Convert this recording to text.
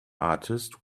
artist